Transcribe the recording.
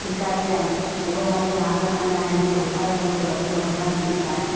अधिकारी आहिनि उए हाणे ध्यानु रखंदा आहिनि की उकाई डेम खे वधीक भरण न ॾींदा आहिनि